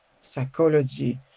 psychology